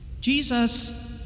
Jesus